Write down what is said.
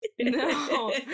No